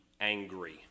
angry